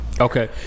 Okay